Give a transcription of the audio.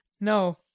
No